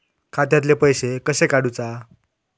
खात्यातले पैसे कशे काडूचा?